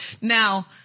now